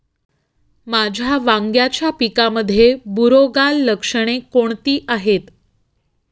माझ्या वांग्याच्या पिकामध्ये बुरोगाल लक्षणे कोणती आहेत?